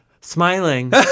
smiling